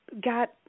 got